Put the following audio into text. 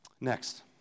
Next